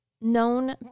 known